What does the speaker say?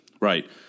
Right